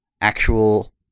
actual